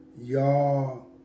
Y'all